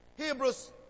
Hebrews